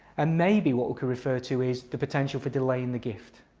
and maybe what we could refer to is the potential for delaying the gift.